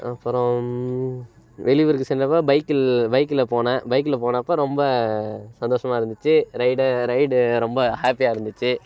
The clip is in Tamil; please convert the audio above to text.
அப்புறம் வெளியூருக்கு சென்றப்போ பைக்கில் பைக்கில் போனேன் பைக்கில் போனப்போ ரொம்ப சந்தோஷமாக இருந்துச்சு ரைடு ரைடு ரொம்ப ஹாப்பியாக இருந்துச்சு